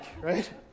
right